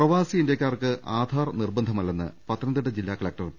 പ്രവാസി ഇന്ത്യക്കാർക്ക് ആധാർ നിർബന്ധമില്ലെന്ന് പത്തനംതിട്ട ജില്ലാ കലക്ടർ പി